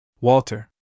Walter